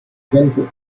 gentle